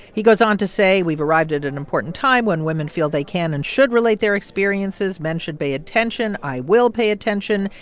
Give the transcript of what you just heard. he goes on to say, we've arrived at an important time when women feel they can and should relate their experiences. men should pay attention. i will pay attention.